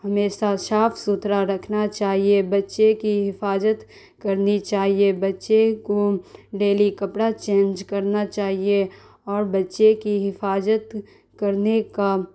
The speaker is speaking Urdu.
ہمیشہ صاف ستھرا رکھنا چاہیے بچے کی حفاظت کرنی چاہیے بچے کو ڈیلی کپڑا چینج کرنا چاہیے اور بچے کی حفاظت کرنے کا